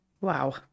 Wow